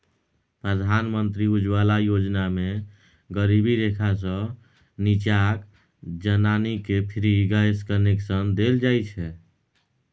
प्रधानमंत्री उज्जवला योजना मे गरीबी रेखासँ नीच्चाक जनानीकेँ फ्री गैस कनेक्शन देल जाइ छै